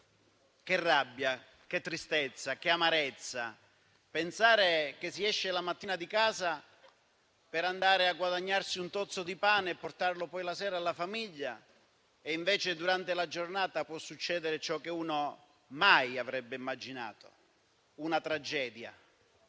che rabbia, che tristezza, che amarezza! Pensare che si esce la mattina di casa per andare a guadagnarsi un tozzo di pane e portarlo poi la sera alla famiglia e, invece, durante la giornata può succedere ciò che uno mai avrebbe immaginato: una tragedia.